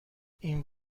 این